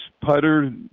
putter